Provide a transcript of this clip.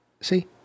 See